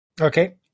Okay